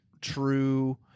true